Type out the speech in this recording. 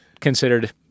considered